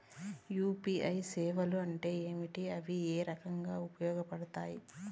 UPI సేవలు అంటే ఏమి, అవి ఏ రకంగా ఉపయోగపడతాయి పడతాయి?